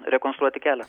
rekonstruoti kelią